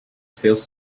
fails